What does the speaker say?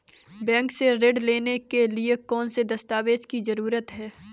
Bank से ऋण लेने के लिए कौन से दस्तावेज की जरूरत है?